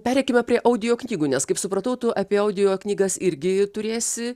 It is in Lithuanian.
pereikime prie audio knygų nes kaip supratau tu apie audio knygas irgi turėsi